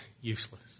useless